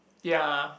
ya